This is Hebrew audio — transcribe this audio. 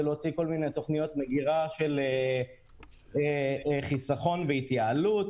להוציא כל מיני תוכניות מגירה של חיסכון והתייעלות.